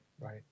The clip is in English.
right